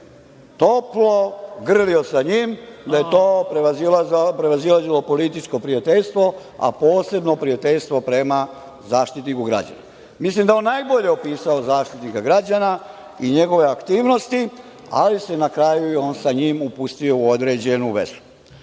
toplo grlio sa njim, da je to prevazilazilo političko prijateljstvo, a posebno prijateljstvo prema Zaštitniku građana. Mislim da je on najbolje opisao Zaštitnika građana i njegove aktivnosti, ali se na kraju on sa njim upustio u određenu vezu.O